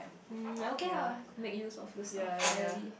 um okay ah make use of the stuff finally